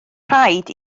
rhaid